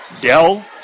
Dell